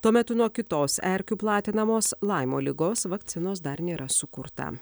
tuo metu nuo kitos erkių platinamos laimo ligos vakcinos dar nėra sukurta